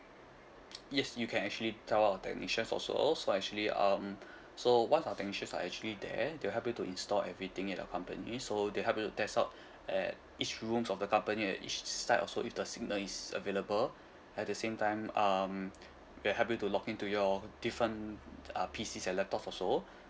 yes you can actually tell our technician also so actually um so once our technician are actually there they will help you to install everything in your company so they help you test out at each rooms of the company at each side also if the signal is available at the same time um they help you to log in to your different uh P_C and laptop also